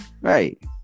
right